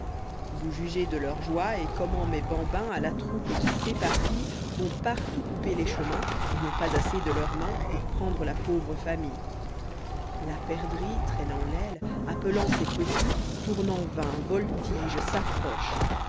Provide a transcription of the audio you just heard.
vous jugez de leur joie et comment mes bambins a la troupe qui s'éparpilla ii fables vont partout couper les chemins et n'ont pas assez de leurs mains pour prendre la pauvre famille la perdrix tramant l'aile appelant ses petits tourne en vain voltige s'approche